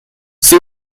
she